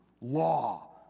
law